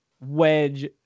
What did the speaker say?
wedge